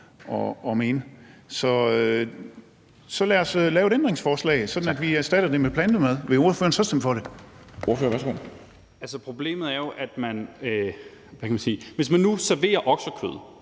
Så lad os lave et ændringsforslag, sådan at vi erstatter det med plantebaseret mad. Vil ordføreren så stemme for det? Kl. 17:12 Formanden (Henrik